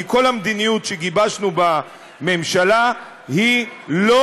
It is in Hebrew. כי כל המדיניות שגיבשנו בממשלה היא לא